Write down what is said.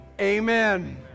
amen